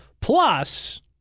Plus